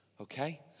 okay